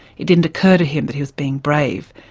it didn't occur to him that he was being brave,